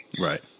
Right